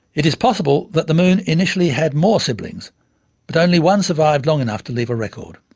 it is possible that the moon initially had more siblings but only one survived long enough to leave a record.